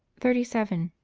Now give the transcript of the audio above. thirty seven.